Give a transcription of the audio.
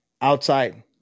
Outside